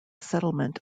settlement